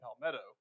Palmetto